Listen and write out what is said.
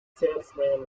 salesman